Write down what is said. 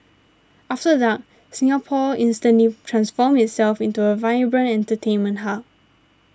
after dark Singapore instantly transforms itself into a vibrant entertainment hub